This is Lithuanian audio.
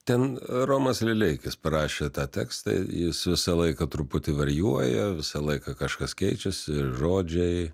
ten romas lileikis parašė tą tekstą jis visą laiką truputį varijuoja visą laiką kažkas keičiasi žodžiai